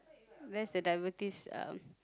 that's the diabetes uh